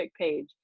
page